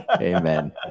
Amen